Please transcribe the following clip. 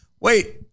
wait